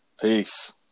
Peace